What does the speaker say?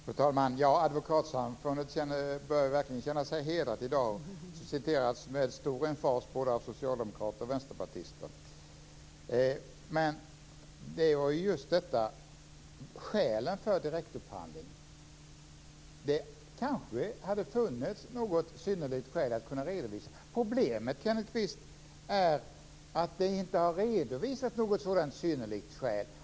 Fru talman! Advokatsamfundet bör verkligen känna sig hedrat i dag. De citeras med stor emfas av både socialdemokrater och vänsterpartister. Nu är det frågan om skälen för direktupphandling. Det kanske hade funnits något synnerligt skäl att redovisa. Problemet, Kenneth Kvist, är att det inte har redovisats något synnerligt skäl.